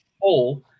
hole